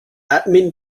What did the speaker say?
admin